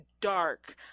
dark